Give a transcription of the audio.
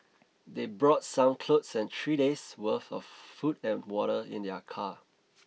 they brought some clothes and three days' worth of food and water in their car